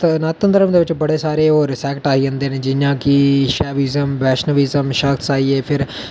सनातन धर्म दे बिच बड़े सारे होर सैक्ट आई जंदे नै जि'यां कि शैविजम वैष्वणीजम सात्स आई गे फिर